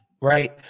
right